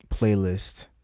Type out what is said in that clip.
playlist